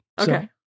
Okay